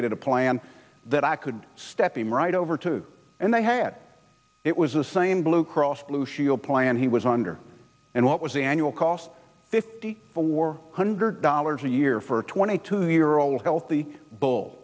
d a plan that i could step in right over to and they had it was the same blue cross blue shield plan he was under and what was the annual cost fifty four hundred dollars a year for a twenty two year old healthy